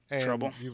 trouble